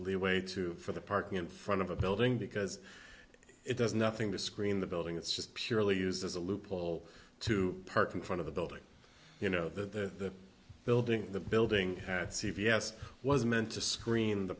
leeway to for the parking in front of a building because it does nothing to screen the building it's just purely used as a loophole to park in front of the building you know the building the building had c v s was meant to screen the